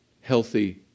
healthy